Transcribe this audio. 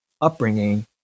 upbringing